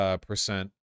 percent